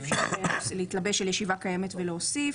אי אפשר להתלבש על ישיבה קיימת ולהוסיף.